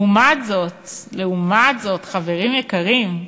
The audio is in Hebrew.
לעומת זאת, לעומת זאת, חברים יקרים,